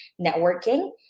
networking